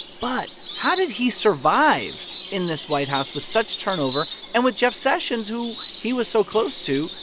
but how did he survive in this white house with such turnover and with jeff sessions, who he was so close to,